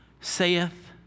saith